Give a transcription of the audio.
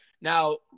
Now